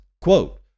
Quote